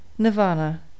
Nirvana